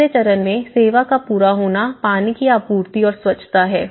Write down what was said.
तीसरे चरण में सेवा का पूरा होना पानी की आपूर्ति और स्वच्छता है